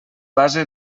base